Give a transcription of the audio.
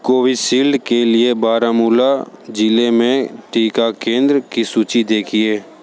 Covishield के लिए बारामूला ज़िले में टीका केंद्र की सूची देखिए